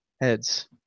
heads